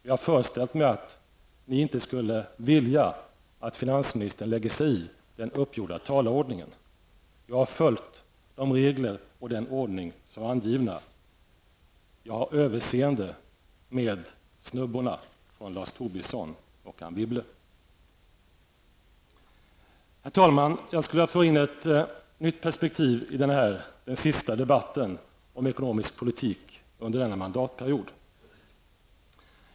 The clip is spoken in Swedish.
Jag föreställer mig att ni inte skulle vilja att finansministern lägger sig i den uppgjorda talarordningen. Jag har följt de regler och den ordning som varit angivna. Jag har överseende med snubborna från Lars Tobisson och Herr talman! Jag vill föra in ett nytt perspektiv i denna den sista debatten om ekonomisk politik under denna mandatperiod.